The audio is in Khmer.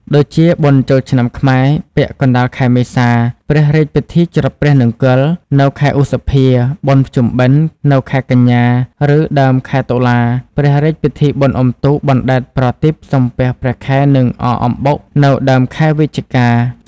ដូចជាបុណ្យចូលឆ្នាំខ្មែរ ពាក់កណ្ដាលខែមេសា ព្រះរាជពិធីច្រត់ព្រះនង្គ័ល នៅខែឧសភា បុណ្យភ្ជុំបិណ្ឌ នៅខែកញ្ញា ឬដើមខែតុលា ព្រះរាជពិធីបុណ្យអុំទូក បណ្ដែតប្រទីប សំពះព្រះខែ និងអកអំបុក នៅដើមខែវិច្ឆិកា។